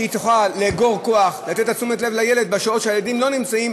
שהיא תוכל לאגור כוח ולתת תשומת לב לילד בשעות שהילדים לא נמצאים,